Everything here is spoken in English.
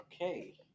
Okay